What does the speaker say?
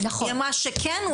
היא אמרה שכן,